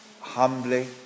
humbly